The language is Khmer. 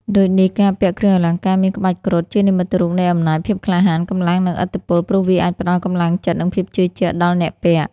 ដូចនេះការពាក់គ្រឿងអលង្ការមានក្បាច់គ្រុឌ ជានិមិត្តរូបនៃ អំណាច ភាពក្លាហាន កម្លាំង និង ឥទ្ធិពល ព្រោះវាអាចផ្តល់កម្លាំងចិត្ត និងភាពជឿជាក់ដល់អ្នកពាក់។